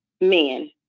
men